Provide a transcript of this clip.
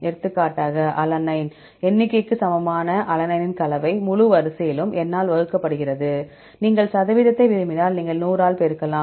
எடுத்துக்காட்டாக அலனைனின் எண்ணிக்கைக்கு சமமான அலனைனின் கலவை முழு வரிசையிலும் n ஆல் வகுக்கப்படுகிறது நீங்கள் சதவீதத்தை விரும்பினால் நீங்கள் 100 ஆல் பெருக்கலாம்